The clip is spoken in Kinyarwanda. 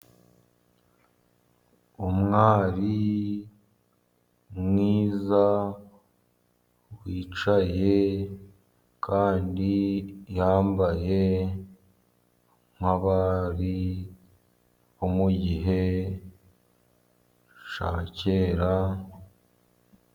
Umwari mwiza wicaye, kandi yambaye nk'abari bo mu gihe cya kera.